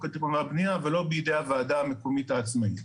התכנון והבנייה ולא בידי הוועדה המקומית העצמאית.